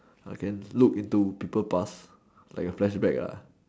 I can look into people past like a flashback lah